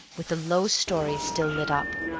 with the lower story still lit up,